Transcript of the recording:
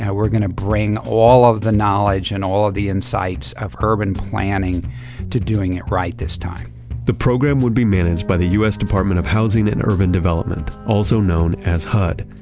we're going to bring all of the knowledge and all of the insights of urban planning to doing it right this time the program would be managed by the u s. department of housing and urban development, also known as hud.